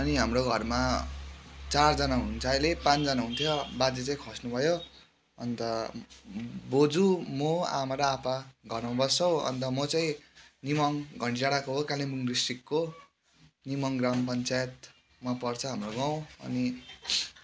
अनि हाम्रो घरमा चारजना हुन्छ अहिले पाँचजना हुन्थ्यो बाजे चै खस्नु भयो अन्त बोजू म आमा र आप्पा घरमा बस्छौ अन्त म चै निम्बोङ घन्टी डाँडाको हो कालिम्पोङ डिस्ट्रिकको निम्बोङ ग्राम पञ्चायतमा पर्छ हाम्रो गीउँ अनि